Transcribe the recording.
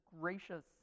gracious